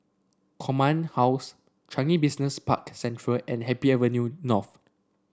Command House Changi Business Park Central and Happy Avenue North